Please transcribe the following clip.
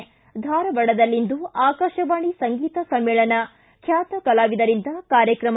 ಿದ್ದ ಧಾರವಾಡದಲ್ಲಿಂದು ಆಕಾಶವಾಣಿ ಸಂಗೀತ ಸಮ್ಮೇಳನ ಖ್ಯಾತ ಕಲಾವಿದರಿಂದ ಕಾರ್ಯಕ್ರಮ